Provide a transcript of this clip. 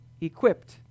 equipped